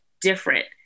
different